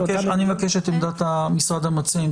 אני מבקש את עמדת משרד המציעים.